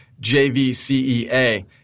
JVCEA